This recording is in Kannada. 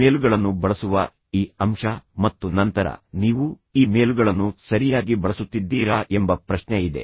ಇಮೇಲ್ಗಳನ್ನು ಬಳಸುವ ಈ ಅಂಶ ಮತ್ತು ನಂತರ ನೀವು ಇಮೇಲ್ಗಳನ್ನು ಸರಿಯಾಗಿ ಬಳಸುತ್ತಿದ್ದೀರಾ ಎಂಬ ಪ್ರಶ್ನೆ ಇದೆ